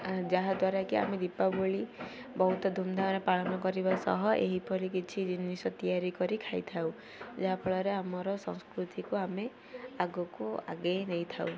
ଯାହାଦ୍ୱାରା କି ଆମେ ଦୀପାବଳି ବହୁତ ଧୁମଧାମରେ ପାଳନ କରିବା ସହ ଏହିପରି କିଛି ଜିନିଷ ତିଆରି କରି ଖାଇଥାଉ ଯାହାଫଳରେ ଆମର ସଂସ୍କୃତିକୁ ଆମେ ଆଗକୁ ଆଗେଇ ନେଇଥାଉ